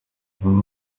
mama